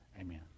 amen